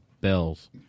Bells